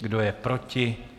Kdo je proti?